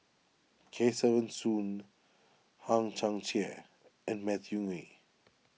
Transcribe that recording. Kesavan Soon Hang Chang Chieh and Matthew Ngui